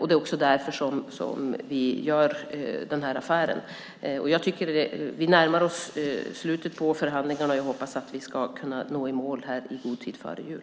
Det är också därför vi gör affären. Vi närmar oss slutet av förhandlingarna, och jag hoppas att vi ska nå i mål i god tid före jul.